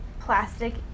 plastic